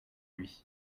lui